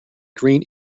green